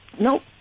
Nope